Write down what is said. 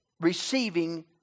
receiving